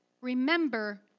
remember